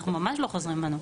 אנחנו ממש לא חוזרים בנו.